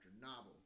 novel